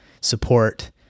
support